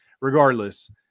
Regardless